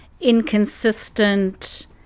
inconsistent